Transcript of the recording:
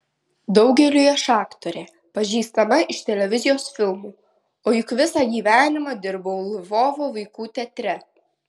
daugeliui aš aktorė pažįstama iš televizijos filmų o juk visą gyvenimą dirbau lvovo vaikų teatre